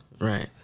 Right